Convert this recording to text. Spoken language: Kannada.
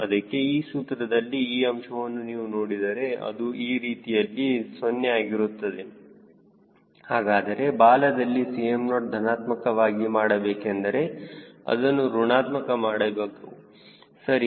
ಅದಕ್ಕೆ ಈ ಸೂತ್ರದಲ್ಲಿ ಈ ಅಂಶವನ್ನು ನೀವು ನೋಡಿದರೆ ಅದು ಈ ರೀತಿಯಲ್ಲಿ 0 ಆಗುತ್ತದೆ ಹಾಗಾದರೆ ಬಾಲದಿಂದ Cm0 ಧನಾತ್ಮಕವಾಗಿ ಮಾಡಬೇಕೆಂದರೆ ಇದನ್ನು ಋಣಾತ್ಮಕ ಮಾಡಬೇಕು ಸರಿ